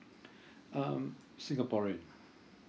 um singaporean